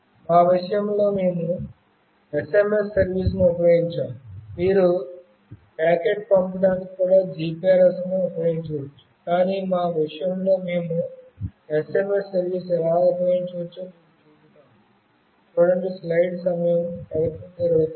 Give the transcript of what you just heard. మా విషయంలో మేము SMS సర్వీస్ ను ఉపయోగించాము మీరు ప్యాకెట్ పంపడానికి కూడా GPRS సర్వీస్ ను ఉపయోగించవచ్చు కాని మా విషయంలో మేము SMS సర్వీస్ ను ఎలా ఉపయోగించవచ్చో మీకు చూపుతాము